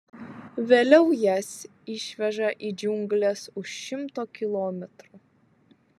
vėliau jas išveža į džiungles už šimto kilometrų